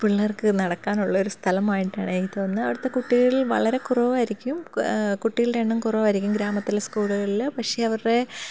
പിള്ളേർക്ക് നടക്കാനുള്ള ഒരു സ്ഥലമായിട്ടാണ് എനിക്ക് തോന്നുന്നത് അവിടുത്തെ കുട്ടികളൾ വളരെ കുറവായിരിക്കും കുട്ടികളുടെ എണ്ണം കുറവായിരിക്കും ഗ്രാമത്തിലെ സ്കൂളുകളിൽ പക്ഷേ അവരുടെ